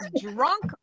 drunk